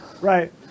Right